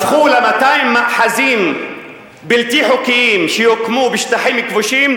הפכו ל-200 מאחזים בלתי חוקיים שהוקמו בשטחים כבושים,